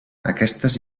aquestes